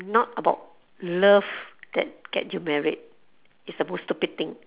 not about love that get you married it's the most stupid thing